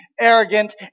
arrogant